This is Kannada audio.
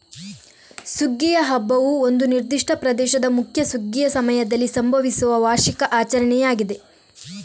ಸುಗ್ಗಿಯ ಹಬ್ಬವು ಒಂದು ನಿರ್ದಿಷ್ಟ ಪ್ರದೇಶದ ಮುಖ್ಯ ಸುಗ್ಗಿಯ ಸಮಯದಲ್ಲಿ ಸಂಭವಿಸುವ ವಾರ್ಷಿಕ ಆಚರಣೆಯಾಗಿದೆ